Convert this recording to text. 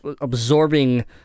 absorbing